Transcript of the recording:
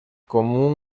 com